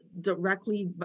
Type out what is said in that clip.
directly